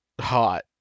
Hot